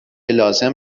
لازم